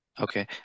Okay